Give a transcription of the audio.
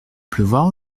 pleuvoir